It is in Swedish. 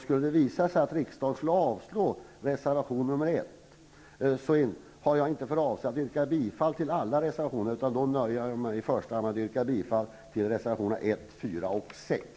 Skulle det visa sig att riksdagen avslår reservation nr 1, har jag inte för avsikt att yrka bifall till alla reservationer. Jag nöjer mig i så fall i första hand med att yrka bifall till reservationerna 1, 4 och 6.